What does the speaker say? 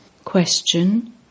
Question